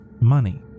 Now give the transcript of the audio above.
money